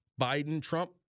Biden-Trump